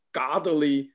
godly